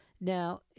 Now